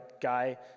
guy